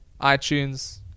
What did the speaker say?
iTunes